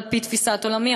על-פי תפיסת עולמי,